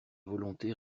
volonté